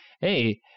hey